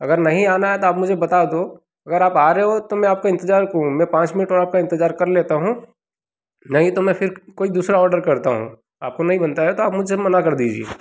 अगर नहीं आना है तो आप मुझे बता दो अगर आप आ रहे हो तो मैं आपका इंतजार करू मैं पाँच मिनट और आपका इंतजार कर लेता हूँ नहीं तो मैं फिर कोई दूसरा ऑर्डर करता हूँ आपको नहीं बनता है तो आप मुझसे मना कर दीजिए